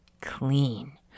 clean